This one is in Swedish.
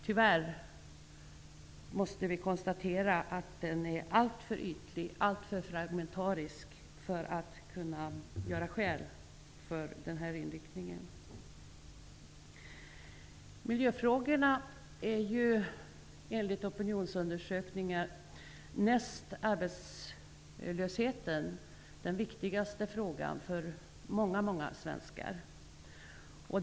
Tyvärr måste vi konstatera att innehållet är alltför ytligt och fragmentariskt för att kunna göra skäl för en sådan benämning. Miljöfrågorna är ju, enligt vad som framgått av opinionsundersökningar, för många svenskar den näst arbetslösheten viktigaste frågan.